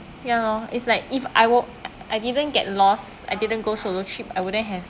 ya lor it's like if I were I didn't get lost I didn't go solo trip I wouldn't have